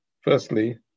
Firstly